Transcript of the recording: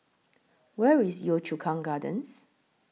Where IS Yio Chu Kang Gardens